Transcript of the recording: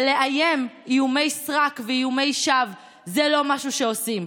ולאיים איומי סרק ואיומי שווא זה לא משהו שעושים.